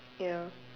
ya